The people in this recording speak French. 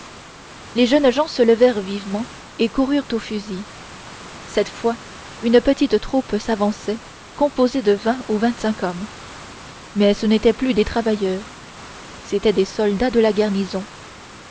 les jeunes gens se levèrent vivement et coururent aux fusils cette fois une petite troupe s'avançait composée de vingt ou vingt-cinq hommes mais ce n'étaient plus des travailleurs c'étaient des soldats de la garnison